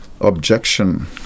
objection